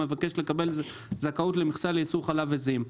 המבקש לקבל זכאות למכסה לייצור חלב עיזים,